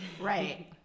Right